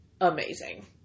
amazing